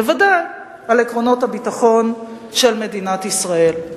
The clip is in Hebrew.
בוודאי, על עקרונות הביטחון של מדינת ישראל.